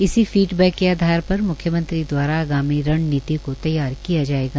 इसी फीडबैक के आधार पर मुख्यमंत्री दवारा आगामी रणनीति को तैयार किया जायेगा